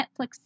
Netflix